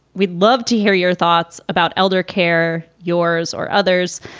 we'd love to hear your thoughts about elder care. yours or others.